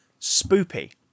Spoopy